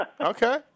Okay